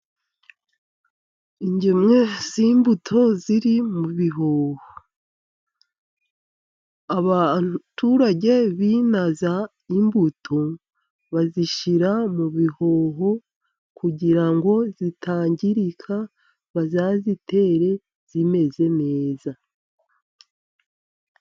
Ingemwe z'imbuto ziri mu bihoho. Abaturage b' imbuto bazishyira mu bihoho kugira ngo zitangirika, bazazitere zimeze neza.